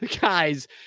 guys